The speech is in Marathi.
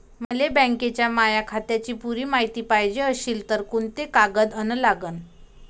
मले बँकेच्या माया खात्याची पुरी मायती पायजे अशील तर कुंते कागद अन लागन?